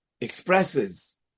expresses